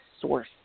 source